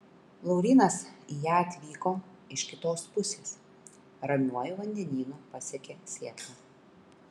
laurynas į ją atvyko iš kitos pusės ramiuoju vandenynu pasiekė sietlą